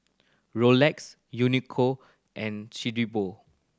Rolex Uniqlo and